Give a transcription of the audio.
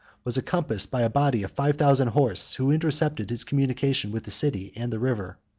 was encompassed by a body of five thousand horse, who intercepted his communication with the city and the river.